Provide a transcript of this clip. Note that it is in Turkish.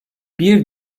bir